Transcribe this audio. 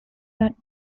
not